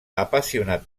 apassionat